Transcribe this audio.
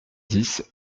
dix